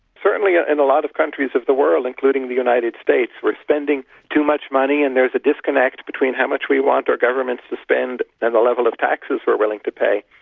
certainly ah in a lot of countries in the world, including the united states, we're spending too much money and there's a disconnect between how much we want our governments to spend and the level of taxes we're willing to pay.